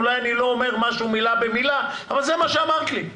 אולי אני לא אומר מילה במילה אבל זה מה שאמרת לי.